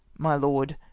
my lord,